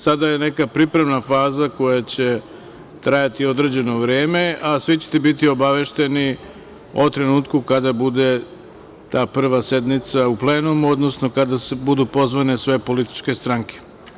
Sada je neka pripremna faza koja će trajati određeno vreme, a svi ćete biti obavešteni o trenutku kada bude ta prva sednica u plenumu, odnosno kada budu pozvane sve političke stranke.